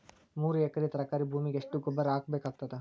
ಮೂರು ಎಕರಿ ತರಕಾರಿ ಭೂಮಿಗ ಎಷ್ಟ ಗೊಬ್ಬರ ಹಾಕ್ ಬೇಕಾಗತದ?